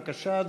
בבקשה,